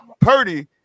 Purdy